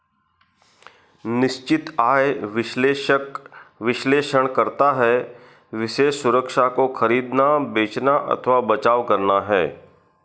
निश्चित आय विश्लेषक विश्लेषण करता है विशेष सुरक्षा को खरीदना, बेचना अथवा बचाव करना है